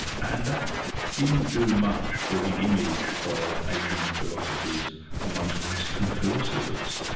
and that didn't do much for the image of asian philosophies amongst western philosophers.